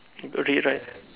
okay fine